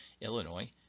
Illinois